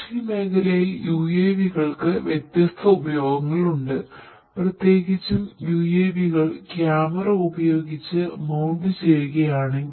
അതിനാൽ കാർഷിക മേഖലയിൽ UAV കൾക്ക് വ്യത്യസ്ത ഉപയോഗങ്ങളുണ്ട് പ്രത്യേകിച്ചും UAV കൾ ക്യാമറ ഉപയോഗിച്ച് മൌണ്ട് ചെയ്യുകയാണെങ്കിൽ